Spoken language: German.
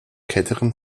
kälteren